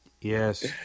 Yes